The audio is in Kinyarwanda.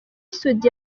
soudy